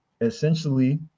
essentially